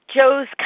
Joe's